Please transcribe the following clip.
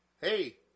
hey